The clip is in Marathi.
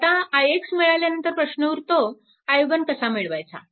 आता ix मिळाल्यानंतर प्रश्न उरतो i1 कसा मिळवायचा